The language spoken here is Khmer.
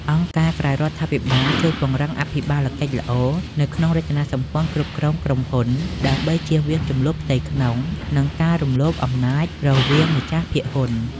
អង្គការក្រៅរដ្ឋាភិបាលជួយពង្រឹងអភិបាលកិច្ចល្អនៅក្នុងរចនាសម្ព័ន្ធគ្រប់គ្រងក្រុមហ៊ុន ដើម្បីជៀសវាងជម្លោះផ្ទៃក្នុង និងការរំលោភអំណាចរវាងម្ចាស់ភាគហ៊ុន។